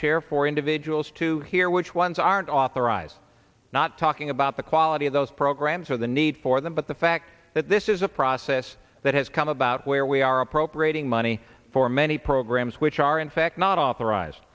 chair for individuals to hear which ones aren't authorized not talking about the quality of those programs or the need for them but the fact that this is a process that has come about where we are appropriating money for many programs which are in fact not authorized